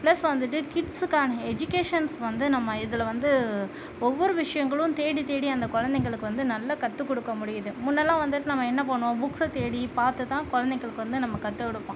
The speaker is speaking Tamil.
பிளஸ் வந்துட்டு கிட்ஸ்சுக்கான எஜுகேஷன்ஸ் வந்து நம்ம இதில் வந்து ஒவ்வொரு விஷயங்களும் தேடி தேடி அந்த குழந்தைகளுக்கு வந்து நல்ல கற்றுக் கொடுக்க முடியுது முன்னெல்லாம் வந்து நம்ம என்ன பண்ணுவோம் புக்ஸை தேடி பார்த்து தான் குழந்தைகளுக்கு வந்து நம்ம கற்றுக் கொடுப்போம்